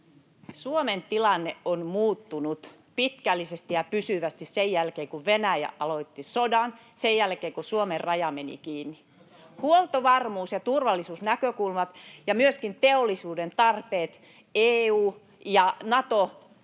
Suomen tilanne on muuttunut pitkällisesti ja pysyvästi sen jälkeen, kun Venäjä aloitti sodan, sen jälkeen, kun Suomen raja meni kiinni. Huoltovarmuus‑ ja turvallisuusnäkökulmat ja myöskin teollisuuden tarpeet, EU ja Nato